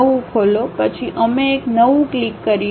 નવું ખોલો પછી અમે એક નવું ક્લિક કરીએ